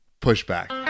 Pushback